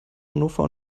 hannover